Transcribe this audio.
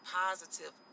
positive